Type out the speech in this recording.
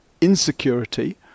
insecurity